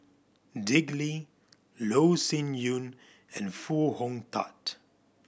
Dick Lee Loh Sin Yun and Foo Hong Tatt